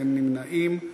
אין נמנעים.